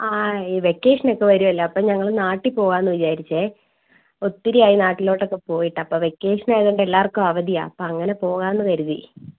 ആ ഈ വെക്കേഷൻ ഒക്കെ വരുവല്ലേ അപ്പോൾ ഞങ്ങൾ നാട്ടിൽ പോവാമെന്ന് വിചാരിച്ചു ഒത്തിരിയായി നാട്ടിലോട്ട് ഒക്കെ പോയിട്ട് അപ്പോൾ വെക്കേഷൻ ആയതുകൊണ്ട് എല്ലാവർക്കും അവധിയാണ് അപ്പോൾ അങ്ങനെ പോകാം എന്നു കരുതി